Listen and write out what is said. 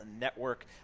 Network